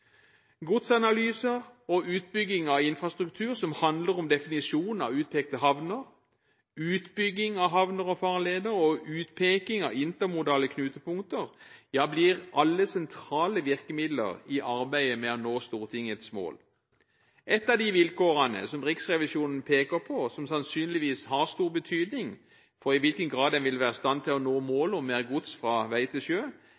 Godsanalyser og utbygging av infrastruktur som handler om definisjon av utpekte havner, utbygging av havner og farleder og utpeking av intermodale knutepunkter, blir alle sentrale virkemidler i arbeidet med å nå Stortingets mål. Et av de vilkårene som Riksrevisjonen peker på, og som sannsynligvis har stor betydning for i hvilken grad en vil være i stand til å nå målet om mer gods fra vei til sjø,